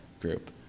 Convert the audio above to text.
group